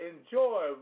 enjoy